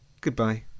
Goodbye